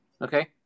Okay